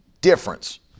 difference